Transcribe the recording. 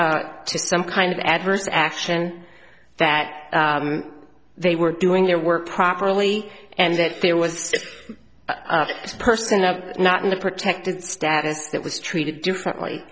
to some kind of adverse action that they were doing their work properly and that there was a person of not in a protected status that was treated differently